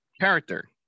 character